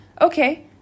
Okay